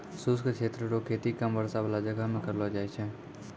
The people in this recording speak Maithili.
शुष्क क्षेत्र रो खेती कम वर्षा बाला जगह मे करलो जाय छै